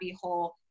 whole